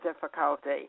difficulty